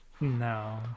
no